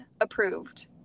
approved